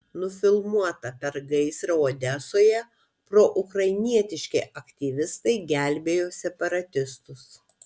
nufilmuota per gaisrą odesoje proukrainietiški aktyvistai gelbėjo separatistus